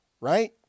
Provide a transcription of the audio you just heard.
right